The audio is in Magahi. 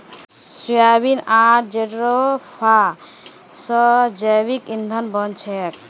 सोयाबीन आर जेट्रोफा स जैविक ईंधन बन छेक